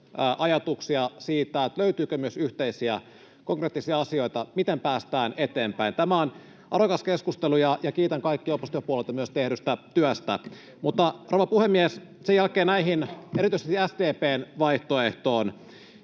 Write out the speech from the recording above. ajatuksia siitä, löytyykö myös yhteisiä konkreettisia asioita, miten päästään eteenpäin. Tämä on arvokas keskustelu, ja kiitän kaikkia oppositiopuolueita myös tehdystä työstä. [Annika Saarikko: Juuri näin! — Välihuutoja] Mutta, rouva puhemies, sen jälkeen näihin, erityisesti SDP:n vaihtoehtoon.